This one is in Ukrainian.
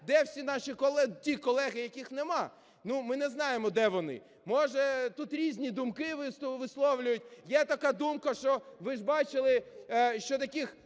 де всі наші ті колеги, які них немає. Ми не знаємо, де вони. Може тут різні думки висловлюють. Є така думка, що ми ж бачили, що таких